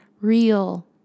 real